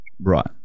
Right